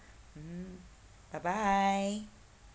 mm bye bye